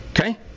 Okay